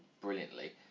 brilliantly